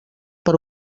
per